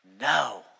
no